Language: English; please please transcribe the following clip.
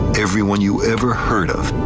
everyone you ever heard of.